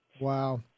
Wow